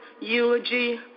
eulogy